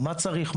מה צריך,